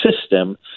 system